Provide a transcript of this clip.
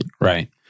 Right